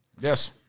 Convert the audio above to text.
yes